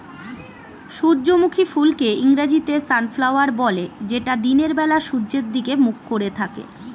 সূর্যমুখী ফুলকে ইংরেজিতে সানফ্লাওয়ার বলে যেটা দিনের বেলা সূর্যের দিকে মুখ করে থাকে